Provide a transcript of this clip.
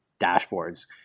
dashboards